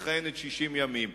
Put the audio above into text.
שמכהנת 60 ימים.